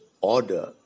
order